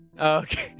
Okay